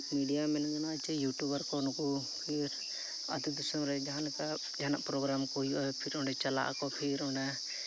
media ᱢᱮᱱ ᱜᱟᱱᱚᱜᱼᱟ ᱡᱮ ᱤᱭᱩᱴᱩᱵᱟᱨᱠᱚ ᱱᱩᱠᱩ ᱯᱷᱤᱨ ᱟᱛᱳ ᱫᱤᱥᱚᱢᱨᱮ ᱡᱟᱦᱟᱸᱞᱮᱠᱟ ᱡᱟᱦᱟᱱᱟᱜ ᱯᱨᱳᱜᱨᱟᱢᱠᱚ ᱯᱷᱤᱨ ᱚᱸᱰᱮ ᱪᱟᱞᱟᱜ ᱟᱠᱚ ᱯᱷᱤᱨ ᱚᱱᱮ